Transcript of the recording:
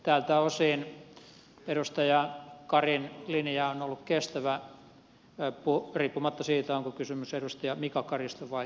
tältä osin edustaja karin linja on ollut kestävä riippumatta siitä onko kysymys edustaja mika karista vai kari rajamäestä